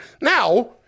Now-